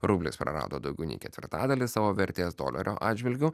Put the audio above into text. rublis prarado daugiau nei ketvirtadalį savo vertės dolerio atžvilgiu